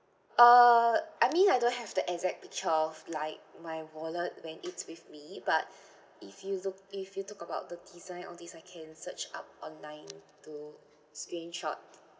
uh I mean I don't have the exact picture of like my wallet when it's with me but if you look if you talk about the design all these I can search up online to screenshot